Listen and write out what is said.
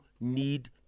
need